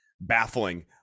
baffling